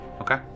Okay